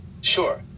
Sure